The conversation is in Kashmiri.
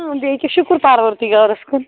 اۭں بیٚیہِ کیٛاہ شُکُر پَروَردِگارَس کُن